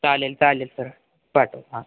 चालेल चालेल सर पाठव हां